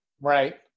Right